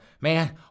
man